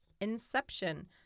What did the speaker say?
Inception